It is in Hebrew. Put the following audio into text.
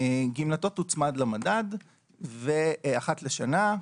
גמלתו תוצמד למדד אחת לשנה,